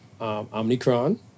Omnicron